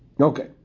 Okay